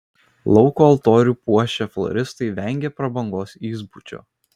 lauko altorių puošę floristai vengė prabangos įspūdžio